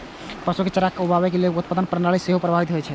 पशु के चारा उगाबै सं फसल उत्पादन प्रणाली सेहो प्रभावित होइ छै